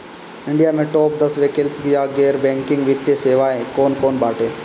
India में top दस वैकल्पिक या गैर बैंकिंग वित्तीय सेवाएं कौन कोन बाटे?